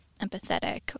empathetic